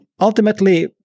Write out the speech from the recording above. ultimately